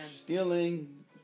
stealing